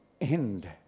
end